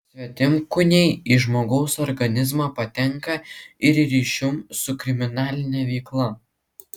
svetimkūniai į žmogaus organizmą patenka ir ryšium su kriminaline veikla